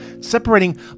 separating